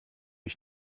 ich